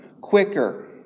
quicker